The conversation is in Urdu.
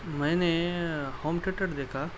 میں نے ہوم تھیٹڈ دیکھا